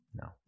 no